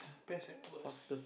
best at was